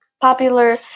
popular